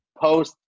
post